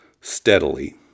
steadily